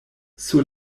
sur